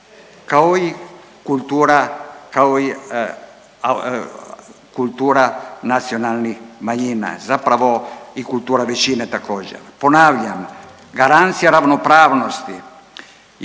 kao i kultura nacionalnih manjina, zapravo i kultura većine također. Ponavljam, garancija ravnopravnosti